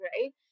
Right